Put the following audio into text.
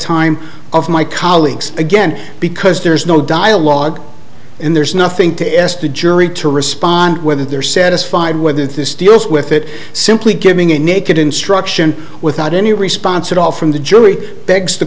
time of my colleagues again because there's no dialogue and there's nothing to s b jury to respond whether they're satisfied whether this deals with it simply giving a naked instruction without any response at all from the jury begs t